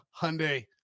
Hyundai